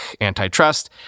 antitrust